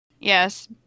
yes